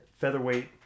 featherweight